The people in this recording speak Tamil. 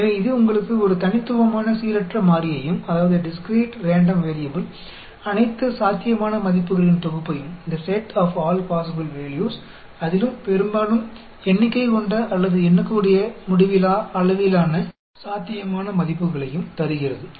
எனவே இது உங்களுக்கு ஒரு தனித்துவமான சீரற்ற மாறியையும் அனைத்து சாத்தியமான மதிப்புகளின் தொகுப்பையும் அதிலும் பெரும்பாலும் எண்ணிக்கை கொண்ட அல்லது எண்ணக்கூடிய முடிவிலா அளவிலான சாத்தியமான மதிப்புகளையும் தருகிறது